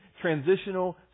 transitional